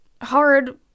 hard